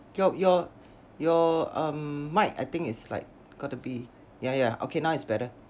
your your your um mic I think it's like gotta be ya ya okay now is better